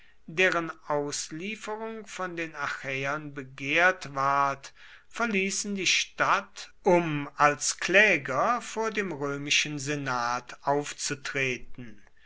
deren auslieferung von den achäern begehrt ward verließen die stadt um als kläger vor dem römischen senat aufzutreten